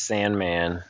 Sandman